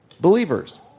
believers